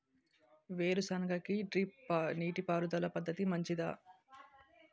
వేరుసెనగ కి డ్రిప్ నీటిపారుదల పద్ధతి మంచిదా?